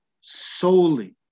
solely